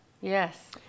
Yes